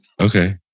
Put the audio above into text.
Okay